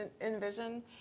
envision